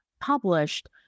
published